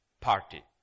party